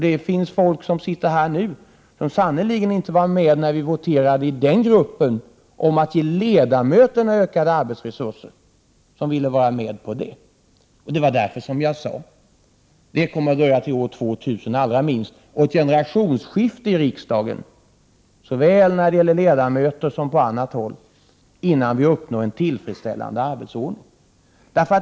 Det finns personer som sitter här i kammaren nu som i den gruppen sannerligen inte var med och voterade för att ge ledamöterna ökade arbetsresurser. Det var därför som jag sade att det allra minst kommer att dröja till år 2000 och ett generationsskifte i riksdagen såväl när det gäller ledamöter som på annat håll, innan vi uppnår en tillfredsställande arbetsordning.